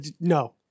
No